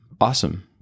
awesome